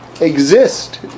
exist